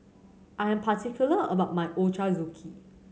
I am particular about my Ochazuke